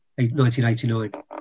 1989